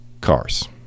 cars